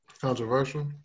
Controversial